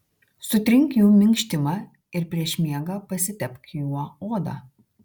sutrink jų minkštimą ir prieš miegą pasitepk juo odą